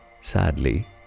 sadly